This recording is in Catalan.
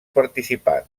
participants